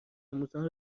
آموزان